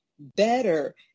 Better